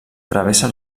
travessa